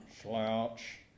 slouch